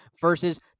versus